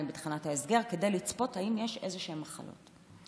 בתחנת ההסגר כדי לצפות אם יש איזשהן מחלות.